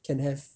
can have